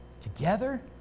together